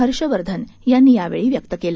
हर्षवर्धन यांनी यावेळी व्यक्त केलं